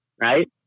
Right